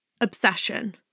obsession